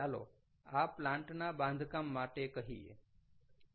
ચાલો આ પ્લાન્ટ ના બાંધકામ માટે કહીએ